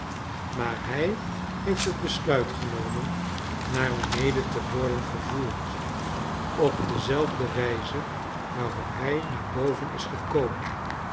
maar hij heeft het besluit genomen naar beneden te worden vervoerd op dezelfde wijze waarop hij naar boven is gekomen